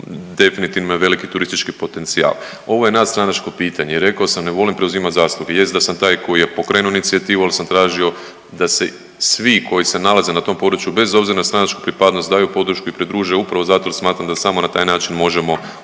definitivno je veliki turistički potencijal. Ovo je nadstranačko pitanje i rekao sam ne volim preuzimat zasluge, jest da sam taj koji je pokrenuo inicijativu, al sam tražio da se svi koji se nalaze na tom području bez obzira na stranačku pripadnost daju podršku i pridruže upravo zato jer smatram da samo na taj način možemo